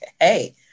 hey